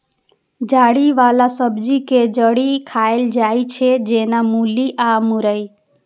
जड़ि बला सब्जी के जड़ि खाएल जाइ छै, जेना मूली या मुरइ